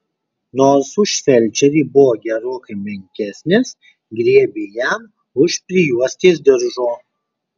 nors už felčerį buvo gerokai menkesnis griebė jam už prijuostės diržo